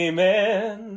Amen